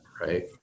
right